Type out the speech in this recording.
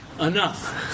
enough